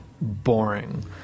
boring